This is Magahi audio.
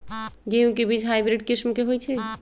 गेंहू के बीज हाइब्रिड किस्म के होई छई?